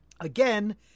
Again